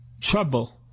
trouble